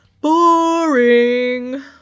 Boring